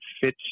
fits